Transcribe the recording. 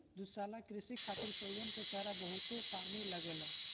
दुग्धशाला कृषि खातिर चउवन के चारा में बहुते पानी लागेला